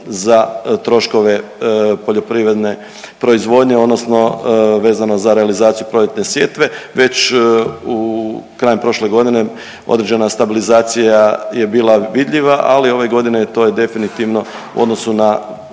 za troškove poljoprivredne proizvodnje odnosno vezano za realizaciju proljetne sjetve već krajem prošle godine određena stabilizacija je bila vidljiva, ali ove godine to je definitivno u odnosu na